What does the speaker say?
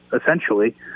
essentially